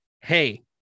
Hey